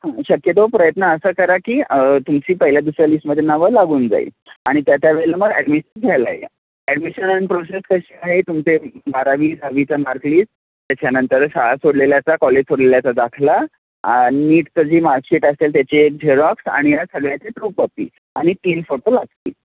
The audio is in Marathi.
हां शक्यतो प्रयत्न असा करा की तुमची पहिल्या दुसऱ्या लिस्टमध्ये नावं लागून जाईल आणि त्या त्या वेळेला मग ॲडमिशन घ्यायला या ॲडमिशन प्रोसेस कशी आहे तुमचे बारावी दहावीचा मार्कलीस त्याच्यानंतर शाळा सोडलेल्याचा कॉलेज सोडलेल्याचा दाखला आ नीटचं जी मार्कशीट असेल त्याची एक झेरॉक्स आणि सगळ्याचे ट्रू कॉपी आणि तीन फोटो लागतील